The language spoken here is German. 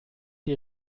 die